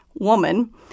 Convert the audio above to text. woman